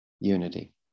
unity